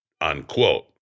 Unquote